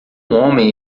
homem